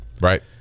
Right